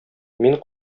мин